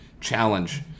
challenge